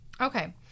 Okay